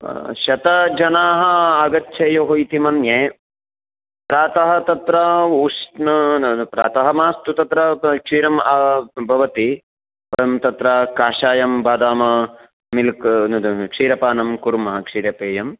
शतजनाः आगच्छेयुः इति मन्ये प्रातः तत्र उष्णं न न प्रातः मास्तु तत्र क्षीरं भवति वयं तत्र कषायंं बादाम मिल्क् क्षीरपानं कुर्मः क्षीरपेयं